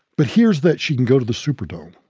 but hears that she can go to the superdome,